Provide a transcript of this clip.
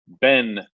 Ben